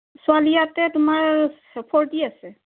ছোৱালী ইয়াতে তোমাৰ ফৰটি আছে